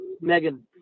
Megan